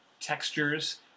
textures